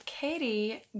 Katie